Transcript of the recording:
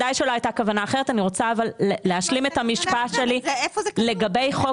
אבל אני רוצה להשלים את המשפט שלי לגבי חוק